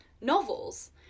novels